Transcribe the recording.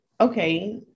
okay